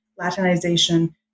Latinization